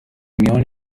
میان